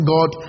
God